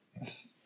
Yes